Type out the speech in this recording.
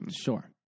Sure